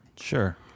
Sure